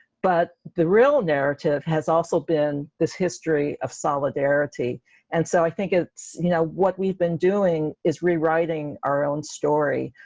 but the real narrative has also been this history of solidarity and so i think it's you know what we've been doing is rewriting our own story,